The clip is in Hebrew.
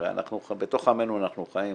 הרי אנחנו בתוך עמנו חיים,